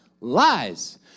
Lies